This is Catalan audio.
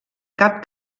cap